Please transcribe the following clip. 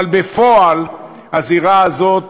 אבל בפועל הזירה הזאת